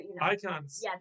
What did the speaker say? icons